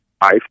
five